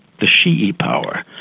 the shia power,